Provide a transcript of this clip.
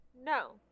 No